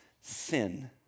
Sin